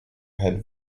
had